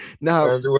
Now